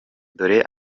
dore